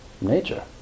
nature